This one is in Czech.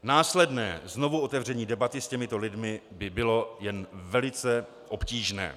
Následné znovuotevření debaty s těmito lidmi by bylo jen velice obtížné.